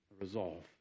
Resolve